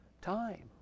time